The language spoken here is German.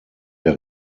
der